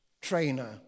trainer